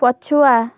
ପଛୁଆ